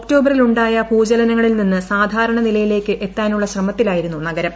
ഒക്ടോബറിൽ ഉണ്ടായ ഭൂചലനങ്ങളിൽ നിന്ന് സാധാരണ നിലയിലേയ്ക്ക് എത്താനുള്ള ശ്രമത്തിലായിരുന്നു നഗരം